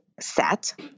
set